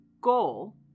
goal